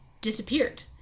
disappeared